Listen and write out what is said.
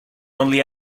only